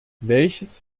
welches